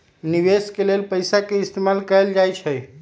निवेश के लेल पैसा के इस्तमाल कएल जाई छई